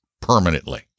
permanently